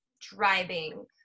driving